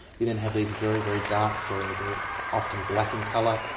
you then have these very, very dark soils, often black in colour.